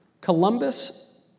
Columbus